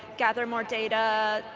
gather more data,